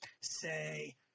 say